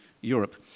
Europe